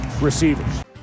receivers